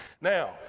Now